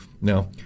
Now